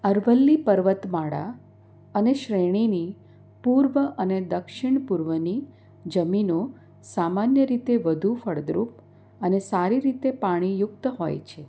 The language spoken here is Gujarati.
અરવલ્લી પર્વતમાળા અને શ્રેણીની પૂર્વ અને દક્ષિણપૂર્વની જમીનો સામાન્ય રીતે વધુ ફળદ્રુપ અને સારી રીતે પાણીયુક્ત હોય છે